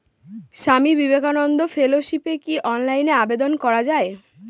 স্বামী বিবেকানন্দ ফেলোশিপে কি অনলাইনে আবেদন করা য়ায়?